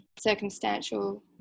circumstantial